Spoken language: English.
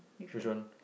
which one